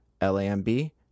L-A-M-B